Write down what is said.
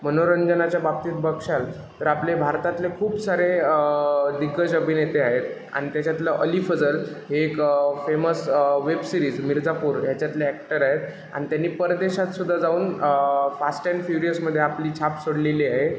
मनोरंजनाच्या बाबतीत बघशाल तर आपले भारतातले खूप सारे दिग्गज अभिनेते आहेत आणि त्याच्यातलं अली फजल हे एक फेमस वेब सिरिज मिर्जापुर ह्याच्यातले अॅक्टर आहेत आणि त्यांनी परदेशात सुद्धा जाऊन फास्ट ॲंंड फ्युरियसमध्ये आपली छाप सोडलेली आहे